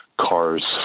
cars